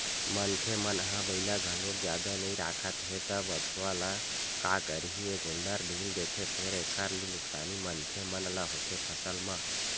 मनखे मन ह बइला घलोक जादा नइ राखत हे त बछवा ल का करही ए गोल्लर ढ़ील देथे फेर एखर ले नुकसानी मनखे मन ल होथे फसल म